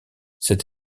cette